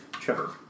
Cheddar